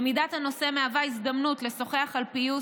למידת הנושא מהווה הזדמנות לשוחח על פיוס,